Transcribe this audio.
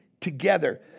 together